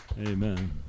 Amen